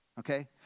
Okay